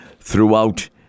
throughout